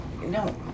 No